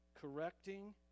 correcting